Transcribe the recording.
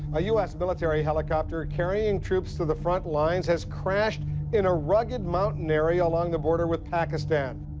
a u s. military helicopter carrying troops to the front lines has crashed in a rugged mountain area along the border with pakistan.